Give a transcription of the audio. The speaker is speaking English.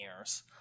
years